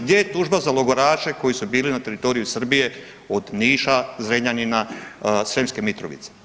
Gdje je tužba za logoraše koji su bili na teritoriju Srbije od Niša, Zrenjanina, Sremske Mitrovice?